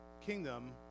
kingdom